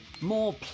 more